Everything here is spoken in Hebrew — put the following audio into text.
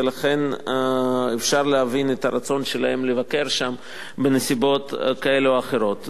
ולכן אפשר להבין את הרצון שלהם לבקר שם בנסיבות כאלה או אחרות.